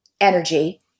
energy